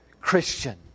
Christian